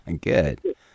Good